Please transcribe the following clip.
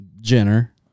Jenner